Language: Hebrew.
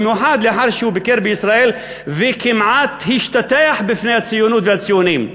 במיוחד לאחר שביקר בישראל וכמעט השתטח בפני הציונות והציונים,